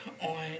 on